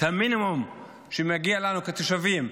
את המינימום שמגיע לנו כתושבים,